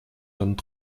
vingt